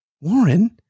Warren